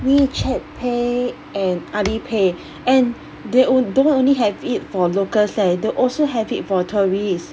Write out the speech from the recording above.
wechat pay and alipay and they on~ don't only have it for locals eh they also have it for tourists